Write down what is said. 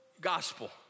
gospel